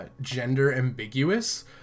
gender-ambiguous